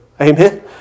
Amen